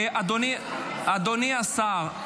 אדוני השר,